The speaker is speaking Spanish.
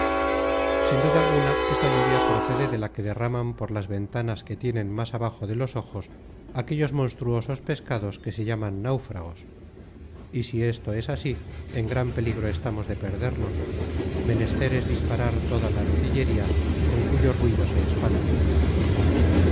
sin duda alguna esta lluvia procede de la que derraman por las ventanas que tienen más abajo de los ojos aquellos monstruosos pescados que se llaman náufragos y si esto es así en gran peligro estamos de perdernos menester es disparar toda la artillería con cuyo ruido se espantan